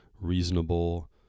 reasonable